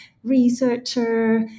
researcher